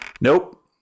Nope